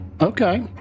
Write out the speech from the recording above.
Okay